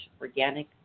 organic